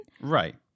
right